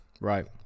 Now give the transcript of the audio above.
Right